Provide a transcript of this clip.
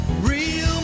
Real